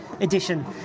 edition